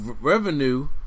revenue